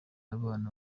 abana